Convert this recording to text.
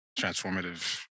transformative